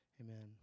Amen